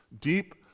Deep